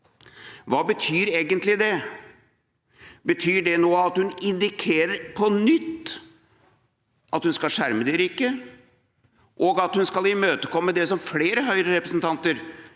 Hva betyr egentlig det? Betyr det at hun nå indikerer – på nytt – at hun skal skjerme de rike, og at hun skal imøtekomme det som flere Høyre-representanter